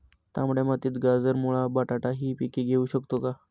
तांबड्या मातीत गाजर, मुळा, बटाटा हि पिके घेऊ शकतो का?